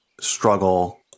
struggle